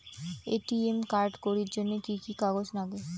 ATM card করির জন্যে কি কি কাগজ নাগে?